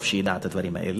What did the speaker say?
טוב שידע את הדברים האלה.